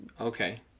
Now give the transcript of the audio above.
Okay